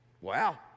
Wow